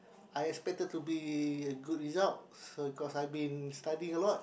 I expected to be a good result cause I been studied a lot